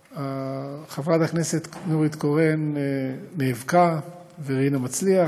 וחברת הכנסת נורית קורן נאבקה, ורינה מצליח.